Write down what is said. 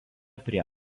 prie